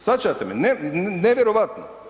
Shvaćate me, nevjerojatno.